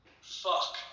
fuck